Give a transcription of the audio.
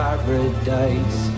Paradise